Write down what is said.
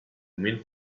mean